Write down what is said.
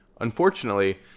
Unfortunately